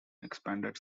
expanded